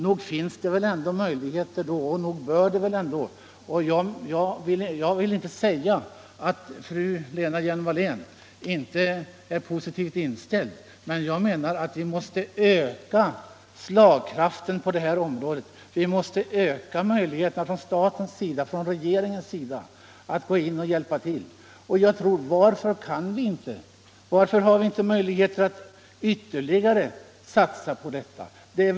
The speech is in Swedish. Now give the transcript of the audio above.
Jag vill inte säga att fru statsrådet Lena Hjelm-Wallén inte är positivt inställd, men jag menar att vi ändå måste öka slagkraften på det här området. Vi måste öka förutsättningarna för staten, för regeringen att gå in och hjälpa till. Varför har vi inte möjlighet att ytterligare satsa på detta område?